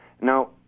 Now